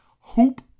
Hoop